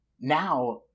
now